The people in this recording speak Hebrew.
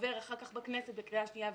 עובר אחר כך בכנסת בקריאה שנייה ושלישית,